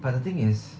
but the thing is